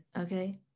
okay